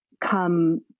come